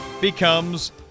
becomes